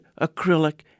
acrylic